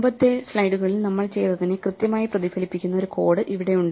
മുൻപത്തെ സ്ലൈഡുകളിൽ നമ്മൾ ചെയ്തതിനെ കൃത്യമായി പ്രതിഫലിപ്പിക്കുന്ന ഒരു കോഡ് ഇവിടെയുണ്ട്